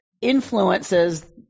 influences